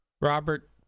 robert